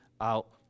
out